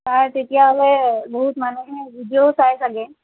তাৰ তেতিয়াহ'লে বহুত মানুহে ভিডিঅ'ও চাই চাগে